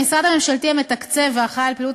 המשרד הממשלתי המתקצב האחראי לפעילות